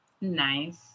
Nice